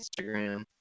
Instagram